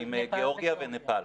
עם גיאורגיה ונפאל.